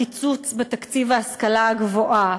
הקיצוץ בתקציב ההשכלה הגבוהה,